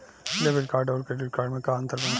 Debit card आउर credit card मे का अंतर बा?